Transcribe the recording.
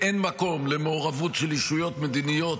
אין מקום למעורבות של ישויות מדיניות